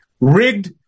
Rigged